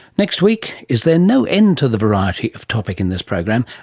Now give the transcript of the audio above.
next week is there no end to the variety of topics in this program?